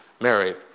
married